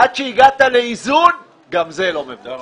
עד שהגעת לאיזון, גם זה לא מבוצע.